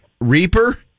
Reaper